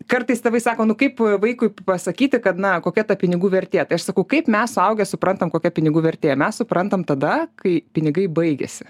kartais tėvai sako nu kaip vaikui pasakyti kad na kokia ta pinigų vertė tai aš sakau kaip mes suaugę suprantam kokia pinigų vertė mes suprantam tada kai pinigai baigiasi